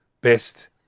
best